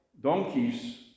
donkeys